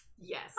Yes